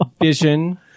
vision